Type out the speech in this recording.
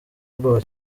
ubwoba